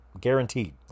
guaranteed